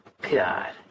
God